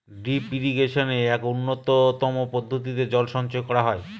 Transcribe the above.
drip ইরিগেশনে এক উন্নতম পদ্ধতিতে জল সঞ্চয় করা হয়